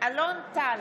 אלון טל,